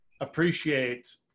appreciate